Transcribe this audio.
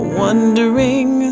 wondering